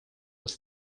was